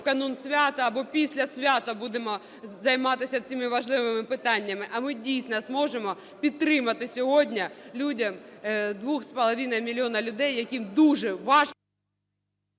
в канун свята або після свята будемо займатися цими важливими питаннями, а ми дійсно зможемо підтримати сьогодні людям, 2,5 мільйона людей, яким дуже важко.